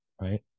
right